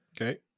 Okay